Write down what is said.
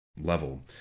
level